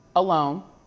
alone,